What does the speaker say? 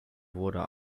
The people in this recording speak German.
wurde